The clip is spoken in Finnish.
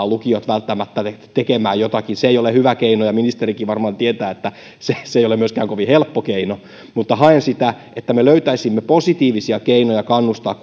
lukiot välttämättä tekemään jotakin se ei ole hyvä keino ja ministerikin varmaan tietää että se se ei ole myöskään kovin helppo keino mutta haen sitä että me löytäisimme positiivisia keinoja kannustaa